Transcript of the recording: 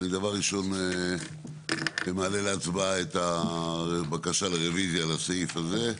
אני דבר ראשון מעלה להצבעה את הבקשה לרוויזיה לסעיף הזה.